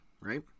right